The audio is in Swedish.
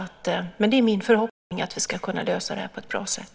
Men det är min förhoppning att vi ska kunna lösa detta på ett bra sätt.